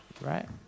right